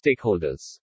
stakeholders